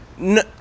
No